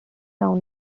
down